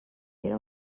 era